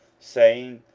saying,